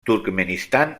turkmenistan